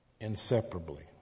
inseparably